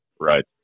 Right